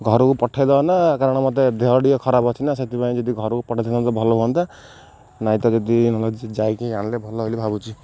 ଘରକୁ ପଠେଇ ଦବ ନା କାରଣ ମତେ ଦେହ ଟିକେ ଖରାପ ଅଛି ନା ସେଥିପାଇଁ ଯଦି ଘରକୁ ପଠେଇଥାନ୍ତ ତ ଭଲ ହୁଅନ୍ତା ନାଇଁ ତ ଯଦି ଯାଇକି ଆଣିଲେ ଭଲ ବୋଲି ଭାବୁଛି